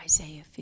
Isaiah